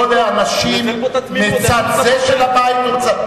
לא לאנשים מצד זה של הבית או לצד,